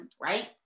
right